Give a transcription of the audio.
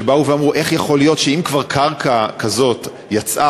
שבאו ואמרו: איך יכול להיות שאם כבר קרקע כזאת יצאה,